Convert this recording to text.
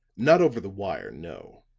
not over the wire no.